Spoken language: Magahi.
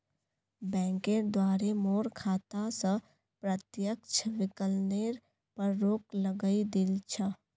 बैंकेर द्वारे मोर खाता स प्रत्यक्ष विकलनेर पर रोक लगइ दिल छ